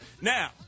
Now